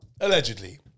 Allegedly